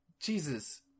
Jesus